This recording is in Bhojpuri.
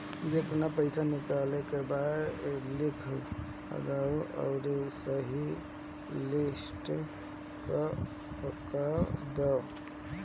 जेतना पइसा निकाले के बा लिख दअ अउरी सही पअ क्लिक कअ दअ